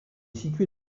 situé